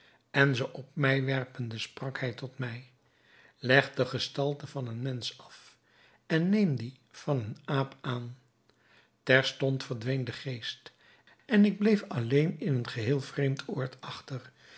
en ze op mij werpende sprak hij tot mij leg de gestalte van een mensch af en neem die van een aap aan terstond verdween de geest en ik bleef alleen in een geheel vreemd oord achter